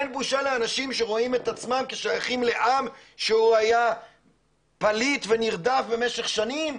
אין בושה לאנשים שרואים את עצמם כשייכים לעם שהיה פליט ונרדף במשך שנים?